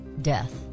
death